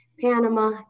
Panama